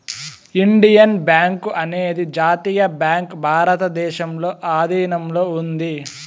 Indian bank అనేది జాతీయ bank భారతదేశంలో ఆధీనంలో ఉంది